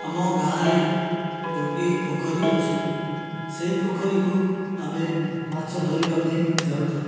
ଆମ ଗାଁରେ ଗୋଟିଏ ପୋଖରୀ ଅଛି ସେଇ ପୋଖରୀକୁ ଆମେ ମାଛ ଧରିବାପାଇଁ ଯାଉଥାଉ